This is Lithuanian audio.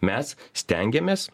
mes stengiamės